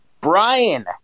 Brian